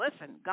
Listen